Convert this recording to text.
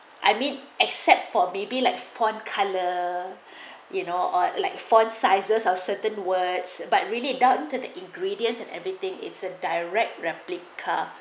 I mean except for baby like point colour you know or like font sizes of certain words but really done to the ingredients and everything it's a direct replica